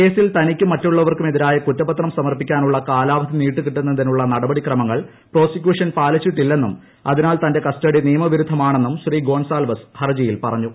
കേസിൽ തനിക്കും മറ്റുള്ളവർക്കുമെതിരായ കുറ്റപത്രം സമർപ്പിക്കാനുള്ള കാലാവധി നീട്ടികിട്ടുന്നതിനുള്ള നടപടിക്രമങ്ങൾ പ്രോസിക്യൂഷൻ പാലിച്ചിട്ടില്ലെന്നും അതിനാൽ തന്റെ കസ്റ്റഡി നിയമ വിരുദധമാണെന്നും ൂശീ ഗോൺസാൽവസ് ഹർജിയിൽ പറഞ്ഞു